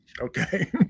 Okay